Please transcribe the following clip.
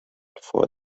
for